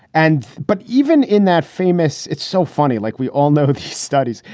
and but even in that famous it's so funny. like we all know these studies,